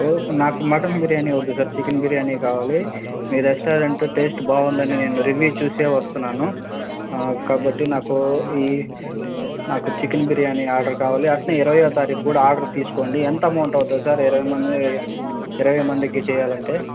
నాకు మటన్ బిర్యానీ వద్దు sir chicken బిర్యానే కావాలి మీ రెస్టారెంటు టేస్ట్ బాగుందని నేను రివ్యూ చూసే వస్తున్నాను కాబట్టి నాకు ఈ నాకు చికెన్ బిర్యానీ ఆర్డర్ కావాలి అట్లే ఇరవయవ తారీఖు కూడా ఆర్డర్ తీసుకోండి ఎంత అమౌంట్ అవుతుంది సార్ ఇరవై మందిమి ఇరవై మందికి చెయ్యాలంటే